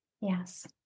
Yes